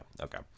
Okay